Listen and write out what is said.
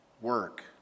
work